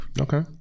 Okay